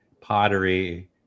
pottery